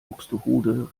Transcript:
buxtehude